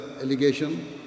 allegation